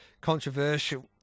controversial